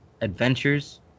adventures